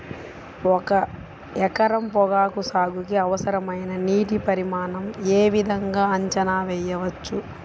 ఒక ఎకరం పొగాకు సాగుకి అవసరమైన నీటి పరిమాణం యే విధంగా అంచనా వేయవచ్చు?